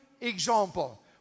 example